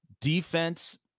Defense